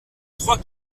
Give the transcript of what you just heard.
trois